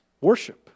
worship